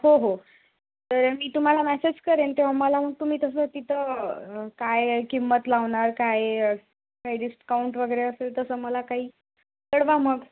हो हो तर मी तुम्हाला मॅसेज करेन तेव्हा मला तुम्ही तसं तिथं काय किंमत लावणार काय काही डिस्काउंट वगैरे असेल तसं मला काही कळवा मग